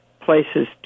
places